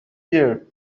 here